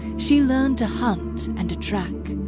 she learned to hunt and to track,